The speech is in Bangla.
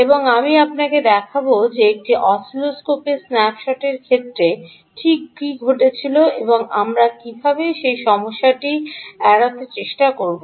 এবং আমি আপনাকে দেখাব যে একটি অসিলোস্কোপের স্ন্যাপশটের ক্ষেত্রে ঠিক কী ঘটেছিল এবং আমরা কীভাবে সেই সমস্যাটিকে এড়াতে চেষ্টা করব